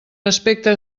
aspecte